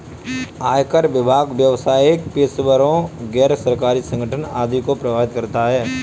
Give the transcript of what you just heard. आयकर विभाग व्यावसायिक पेशेवरों, गैर सरकारी संगठन आदि को प्रभावित करता है